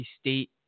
State